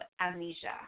amnesia